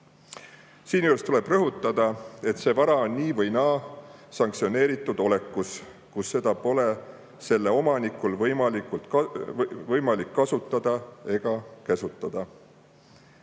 Siinjuures tuleb rõhutada, et see vara on nii või naa sanktsioneeritud olekus ja selle omanikul pole võimalik seda kasutada ega käsutada.